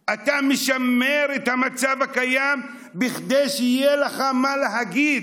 אתה משמר את המצב הקיים כדי שיהיה לך מה להגיד,